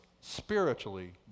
spiritually